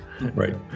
Right